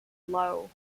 lull